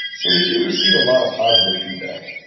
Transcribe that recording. so we do receive a lot of positive feedback.